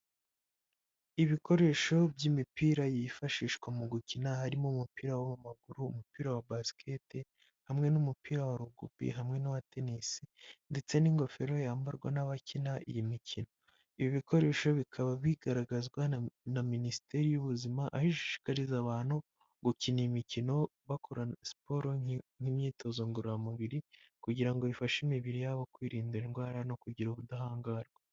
Ibikoresho by'imipira yifashishwa mu gukina harimo umupira w’amaguru umupira wa basikete hamwe n'umupira wa rugubi hamwe n’uwa tenisi ndetse n'ingofero yambarwa n’abakina iyi mikino ibi bikoresho bikaba bigaragazwa na minisiteri y'ubuzima ishishikariza abantu gukina imikino bakora siporo nk'imyitozo ngororamubiri kugira ngo ifashe imibiri yabo kwirinda indwara no kugira ubudahangarwa.